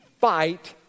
fight